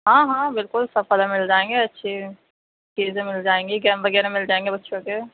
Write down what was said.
ہاں ہاں بالکل سب کلر مل جائیں گے اچھی چیزیں مل جائیں گی گیم وغیرہ مل جائیں گے بچوں کے